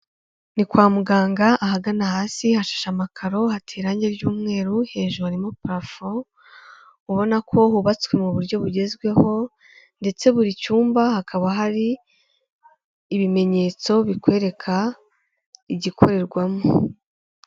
Ni kwa muganga ahagana hasi hashisha amakaro, hateye irangi ry'umweru, hejuru harimo parafo ubona ko hubatswe mu buryo bugezweho, ndetse buri cyumba hakaba hari ibimenyetso bikwereka igikorerwamo.